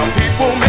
people